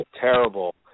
terrible